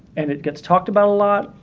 and it gets talked about a lot,